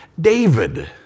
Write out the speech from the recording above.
David